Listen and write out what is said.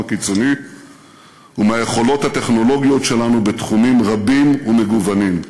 הקיצוני ומהיכולות הטכנולוגיות שלנו בתחומים רבים ומגוונים.